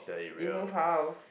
we move house